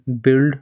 build